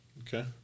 Okay